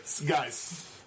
Guys